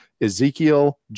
Ezekiel